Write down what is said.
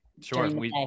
Sure